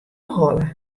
holle